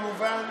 כמובן,